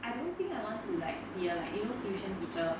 I don't think I want to like be a like you know tuition teacher